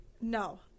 No